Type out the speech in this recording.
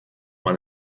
man